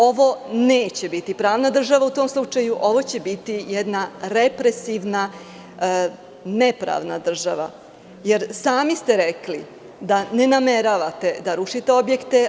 Ovo neće biti pravna država u tom slučaju, ovo će biti jedna represivna nepravna država, jer sami ste rekli da ne nameravate da rušite objekte.